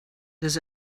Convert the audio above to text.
does